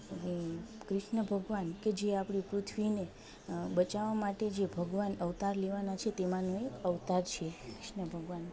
તો કે ક્રિશ્ન ભગવાન કે જે આપણી પૃથ્વીને બચાવવા માટે જે ભગવાન અવતાર લેવાના છે તેમાંનું એક અવતાર છે ક્રિશ્ન ભગવાન